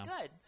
good